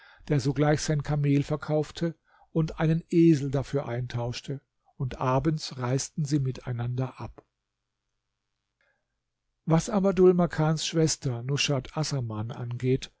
der sogleich sein kamel verkaufte und einen esel dafür eintauschte und abends reisten sie miteinander ab was aber dhul makans schwester nushat assaman angeht